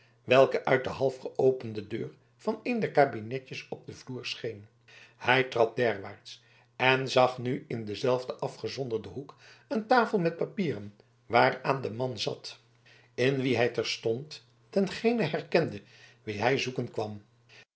welke uit de halfgeopende deur van een der kabinetjes op den vloer scheen hij trad derwaarts en zag nu in dezen afgezonderden hoek een tafel met papieren waaraan de man zat in wien hij terstond dengene herkende wien hij zoeken kwam